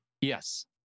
Yes